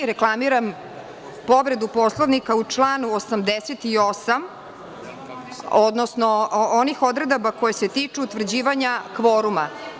Reklamiram povredu Poslovnika u članu 88, odnosno onih odredbi koje se tiču utvrđivanja kvoruma.